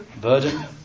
burden